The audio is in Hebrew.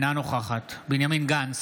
אינה נוכחת בנימין גנץ,